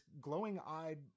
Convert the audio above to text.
glowing-eyed